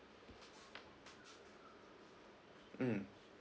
mm